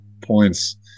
points